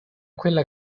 quella